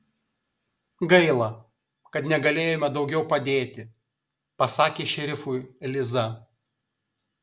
gaila kad negalėjome daugiau padėti pasakė šerifui liza